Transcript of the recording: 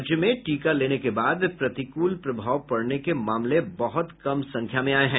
राज्य में टीका लेने के बाद प्रतिकूल प्रभाव पड़ने के मामले बहुत कम संख्या में आये हैं